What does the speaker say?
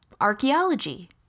archaeology